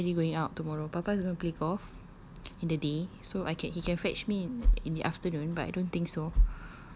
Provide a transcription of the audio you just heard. no mama already going out tomorrow papa is going to play golf in the day so I can he can fetch me in in the afternoon but I don't think so